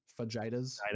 Fajitas